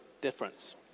difference